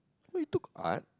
what you took Art